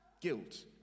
Guilt